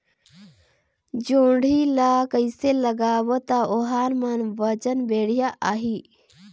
जोणी ला कइसे लगाबो ता ओहार मान वजन बेडिया आही?